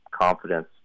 confidence